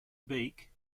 beak